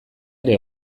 ere